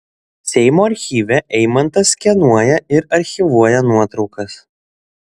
seimo archyve eimantas skenuoja ir archyvuoja nuotraukas